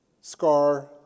scar